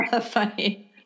Funny